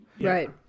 Right